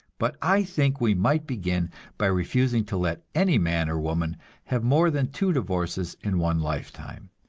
but i think we might begin by refusing to let any man or woman have more than two divorces in one lifetime,